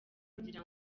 kugira